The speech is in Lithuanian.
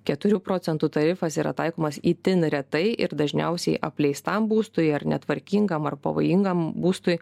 keturių procentų tarifas yra taikomas itin retai ir dažniausiai apleistam būstui ar netvarkingam ar pavojingam būstui